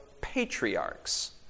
patriarchs